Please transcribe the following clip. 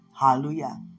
Hallelujah